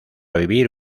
vivir